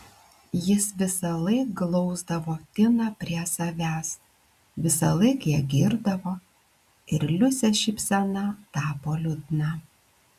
jis visąlaik glausdavo tiną prie savęs visąlaik ją girdavo ir liusės šypsena tapo liūdna